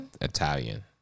Italian